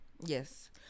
Yes